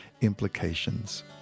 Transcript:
implications